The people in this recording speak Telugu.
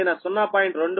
27 p